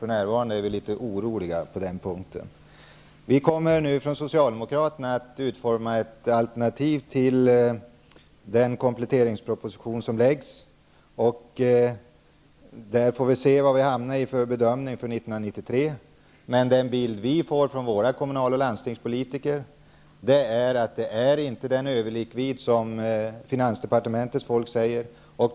För närvarande är vi litet oroliga på den punkten. Vi kommer nu från Socialdemokraterna att utforma ett alternativ till den kompletteringsproposition som läggs fram. Vi får se vilken bedömning vi hamnar i för 1993, men den bild som vi har fått av våra kommunal och landstingspolitiker är att den överlikvid som enligt finansdepartementets folk föreligger inte finns.